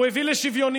הוא הביא לשוויוניות,